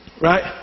right